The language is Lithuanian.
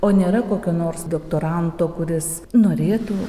o nėra kokio nors doktoranto kuris norėtų